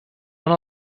one